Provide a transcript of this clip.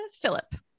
Philip